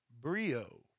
Brio